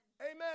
Amen